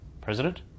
president